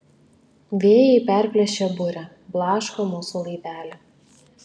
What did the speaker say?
vėjai perplėšę burę blaško mūsų laivelį